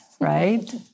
right